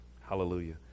hallelujah